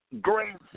grace